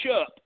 up